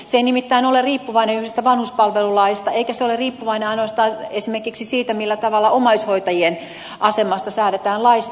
se ei nimittäin ole riippuvainen yhdestä vanhuspalvelulaista eikä se ole riippuvainen ainoastaan esimerkiksi siitä millä tavalla omais hoitajien asemasta säädetään laissa